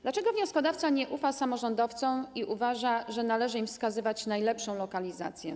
Dlaczego wnioskodawca nie ufa samorządowcom i uważa, że należy im wskazywać najlepszą lokalizację?